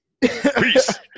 Peace